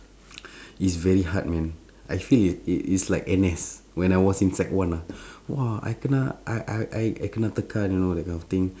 it's very hard man I feel it it it's like N_S when I was in sec one ah !whoa! I kena I I I I kena tekan you know that kind of thing